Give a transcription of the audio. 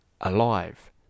alive